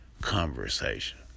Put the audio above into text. conversation